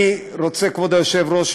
כבוד היושב-ראש,